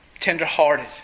tenderhearted